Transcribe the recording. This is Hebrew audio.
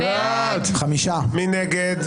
מי נגד?